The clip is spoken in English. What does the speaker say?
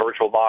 VirtualBox